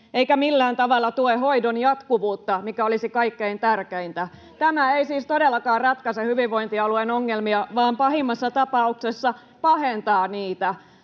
eikä millään tavalla tue hoidon jatkuvuutta, mikä olisi kaikkein tärkeintä. Tämä ei siis todellakaan ratkaise hyvinvointialueen ongelmia vaan pahimmassa tapauksessa pahentaa niitä.